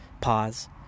pause